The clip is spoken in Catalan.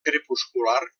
crepuscular